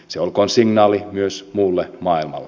se olkoon signaali myös muulle maailmalle